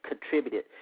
contributed